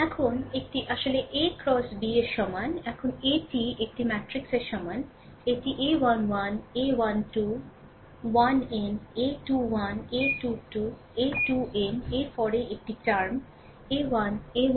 এখন এটি আসলে AX B এর সমান এখন এ টি একটি ম্যাট্রিক্সের সমান এটি a1 1 a 1 2 1n a21 a2 2 a2n এর পরে একটি টার্ম a 1 a 1 1